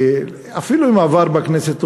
אפילו אם עבר בכנסת,